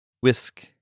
Whisk